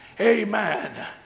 amen